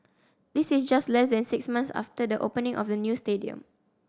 this is just less than six months after the opening of the new stadium